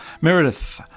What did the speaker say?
Meredith